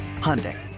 Hyundai